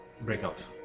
breakout